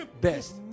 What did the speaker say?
best